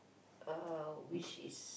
uh which is